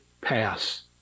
pass